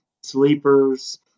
sleepers